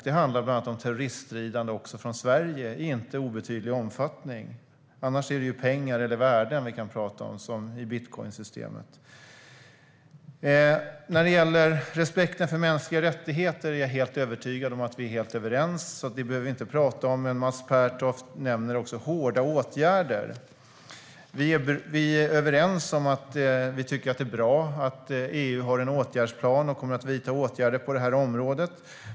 Det handlar bland annat om terroriststridande också från Sverige i en inte obetydlig omfattning. Annars är det pengar eller värden vi kan tala om, som i bitcoinsystemet. När det gäller respekten för mänskliga rättigheter är jag övertygad om att vi är helt överens, så det behöver vi inte tala mer om. Mats Pertoft nämner hårda åtgärder. Vi är överens om att vi tycker att det är bra att EU har en åtgärdsplan och kommer att vidta åtgärder på detta område.